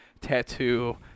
tattoo